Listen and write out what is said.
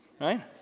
Right